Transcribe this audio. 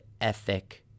ethic